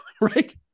Right